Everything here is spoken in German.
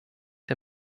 der